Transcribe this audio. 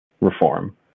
reform